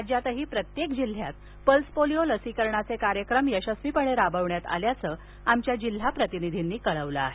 राज्यातही प्रत्येक जिल्ह्यात पल्स पोलिओ लसीकरणाचे कार्यक्रम यशस्वीपणे राबविण्यात आल्याचं आमच्या जिल्हा प्रतिनिधींनी कळवलं आहे